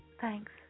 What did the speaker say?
Thanks